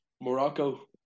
Morocco